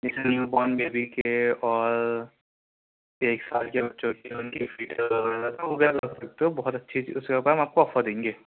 جیسے newborn baby کے اور ایک سال کے بچوں کے تو بہت اچھی اس کے اوپر ہم آپ کو آفر دیں گے